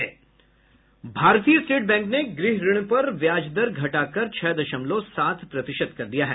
भारतीय state bank ने गृह ऋण पर ब्याज दर घटाकर छह दशमलव सात प्रतिशत कर दिया है